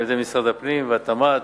על-ידי משרדי הפנים והתמ"ת,